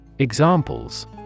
Examples